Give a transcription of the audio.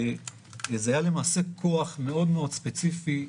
זה היה למעשה כוח מאוד מאוד ספציפי,